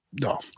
No